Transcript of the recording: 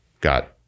got